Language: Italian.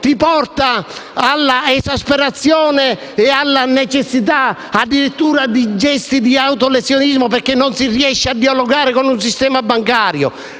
porta all'esasperazione e addirittura a gesti di autolesionismo perché non si riesce a dialogare con il sistema bancario